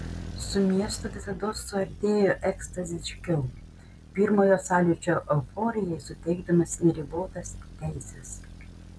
su miestu visados suartėju ekstaziškiau pirmojo sąlyčio euforijai suteikdamas neribotas teises